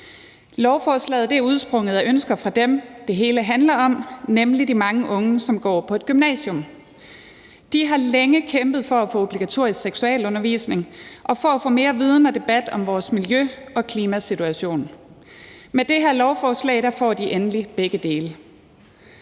Lovforslaget er udsprunget af ønsker fra dem, det hele handler om, nemlig de mange unge, som går på et gymnasium. De har længe kæmpet for at få obligatorisk seksualundervisning og for at få mere viden og debat om vores miljø- og klimasituation. Med det her lovforslag får de endelig begge dele.